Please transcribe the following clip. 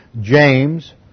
James